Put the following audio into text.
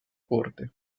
corte